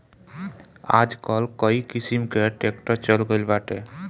आजकल कई किसिम कअ ट्रैक्टर चल गइल बाटे